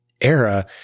era